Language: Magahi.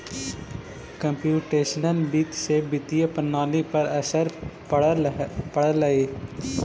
कंप्युटेशनल वित्त से वित्तीय प्रणाली पर का असर पड़लइ